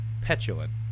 petulant